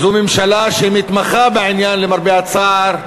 זו ממשלה שמתמחה בעניין, למרבה הצער,